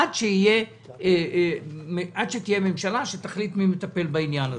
עד שתהיה ממשלה שתחליט מי מטפל בעניין הזה.